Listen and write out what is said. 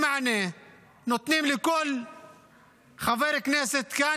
אני לא מצפה הרבה מהממשלה הזאת,